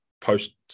post